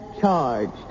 charged